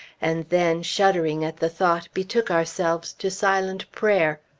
and then, shuddering at the thought, betook ourselves to silent prayer.